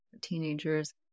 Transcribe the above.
teenagers